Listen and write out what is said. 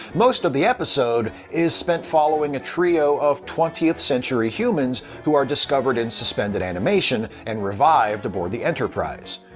most of the episode is spent following a trio of twentieth century humans who are discovered in suspended animation and revived aboard the enterprise.